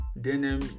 Denim